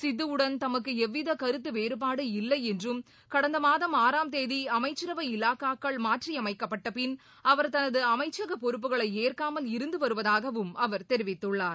சித்துவுடன் தமக்கு எவ்வித கருத்து வேறுபாடு இல்லை என்றும் கடந்த மாதம் ஆறாம் தேதி அமைச்சரவை இலாக்காக்கள் மாற்றியமைக்கப்பட்டபின் அவர் தனது அமைச்சக பொறுப்புகளை ஏற்காமல் இருந்து வருவதாகவும் அவர் தெரிவித்துள்ளார்